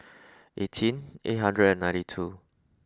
eighteen eight hundred and ninety two